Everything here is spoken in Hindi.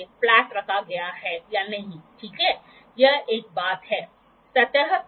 तो एप्लीकेशन यह इंजीनियरिंग उद्योग में दो सतहों के बीच के एंगल का एक त्वरित माप है